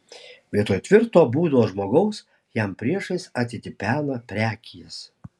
vietoj tvirto būdo žmogaus jam priešais atitipena prekijas